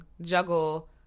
juggle